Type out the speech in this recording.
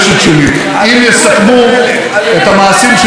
אם יסכמו את המעשים שלי והמעשים שלך,